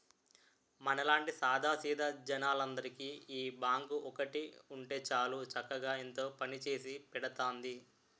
మనలాంటి సాదా సీదా జనాలందరికీ ఈ బాంకు ఒక్కటి ఉంటే చాలు చక్కగా ఎంతో పనిచేసి పెడతాంది